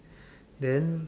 then